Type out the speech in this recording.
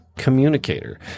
Communicator